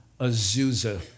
Azusa